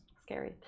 Scary